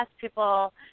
people